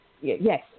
yes